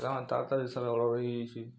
ହେରା ତାରତାରି ଜିନିଷ୍ ଅର୍ଡ଼ର୍ ହେଇ ଯାଇଛି